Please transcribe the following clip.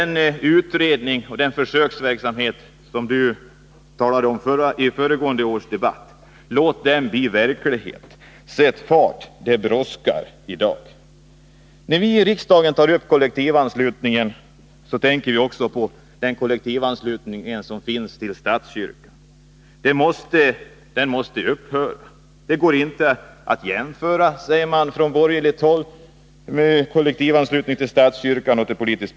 Låt den utredning och den försöksverksamhet som Hilding Johansson talade om i föregående års debatt bli verklighet! Sätt fart! Det brådskar! När vi i riksdagen tar upp frågan om kollektivanslutningen tänker vi också på den kollektiva anslutningen till statskyrkan. Även den måste upphöra. Dessa två ting — kollektivanslutningen till statskyrkan och kollektivanslutningen till ett politiskt parti — går inte att jämföra, säger man från borgerligt håll.